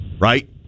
Right